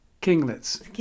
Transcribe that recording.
Kinglets